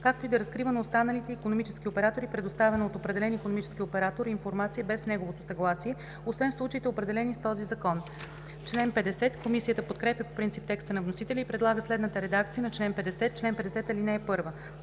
както и да разкрива на останалите икономически оператори предоставена от определен икономически оператор информация без неговото съгласие, освен в случаите, определени с този закон.“ Комисията подкрепя по принцип текста на вносителя и предлага следната редакция на чл. 50: „Чл. 50. (1) Концедентът